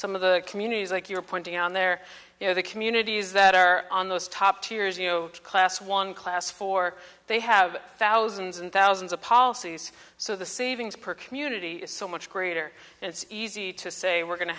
some of the communities like you are pointing out there you know the communities that are on those top tiers you know class one class for they have thousands and thousands of policies so the savings per community is so much greater and it's easy to say we're going to